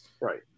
Right